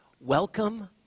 Welcome